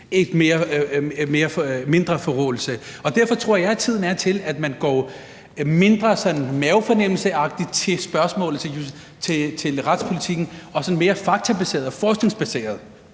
mindre forråelse, og derfor tror jeg, at tiden er til, at man går mindre mavefornemmelsesagtigt til spørgsmålet, til retspolitikken, men går mere faktabaseret og forskningsbaseret